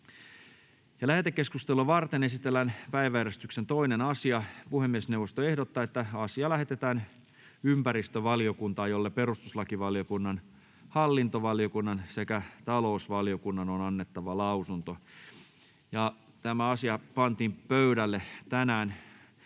Lähetekeskustelua varten esitellään päiväjärjestyksen 2. asia. Puhemiesneuvosto ehdottaa, että asia lähetetään ympäristövaliokuntaan, jolle perustuslakivaliokunnan, hallintovaliokunnan ja talousvaliokunnan on annettava lausunto. Asia pantiin pöydälle tänään